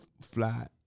fly